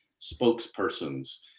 spokespersons